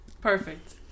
Perfect